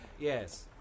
Yes